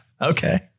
Okay